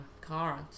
cars